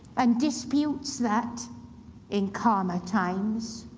and disputes, that in calmer times,